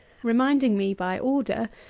reminding me, by order,